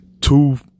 Two